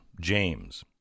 James